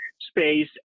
space